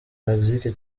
mexique